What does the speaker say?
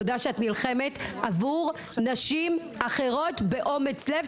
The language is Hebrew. ותודה שאת נלחמת עבור נשים אחרות באומץ לב.